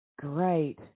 great